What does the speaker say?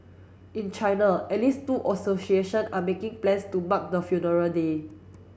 in China at least two association are making plans to mark the funeral day